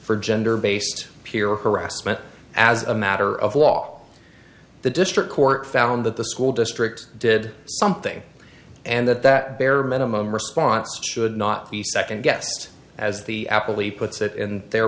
for gender based peer harassment as a matter of law the district court found that the school district did something and that that bare minimum response should not be second guessed as the apple e puts it in their